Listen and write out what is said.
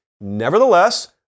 Nevertheless